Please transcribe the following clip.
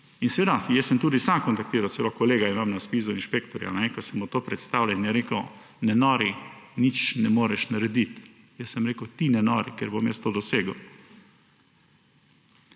Seveda sem tudi sam kontaktiral. Celo kolega imam na ZPIZ-u, inšpektorja, ki sem mu to predstavil. Rekel je, ne nori, nič ne moreš narediti. Jaz sem rekel, ti ne nori, ker bom jaz to dosegel.